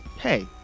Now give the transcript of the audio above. hey